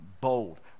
bold